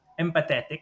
empathetic